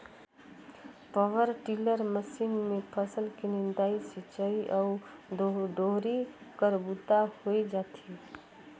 power tiller machine मे फसल के निंदई, सिंचई अउ डोहरी कर बूता होए जाथे